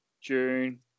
June